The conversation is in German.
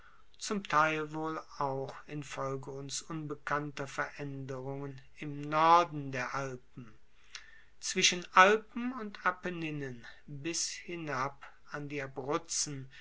zum teil wohl auch infolge uns unbekannter veraenderungen im norden der alpen zwischen alpen und apenninen bis hinab an die abruzzen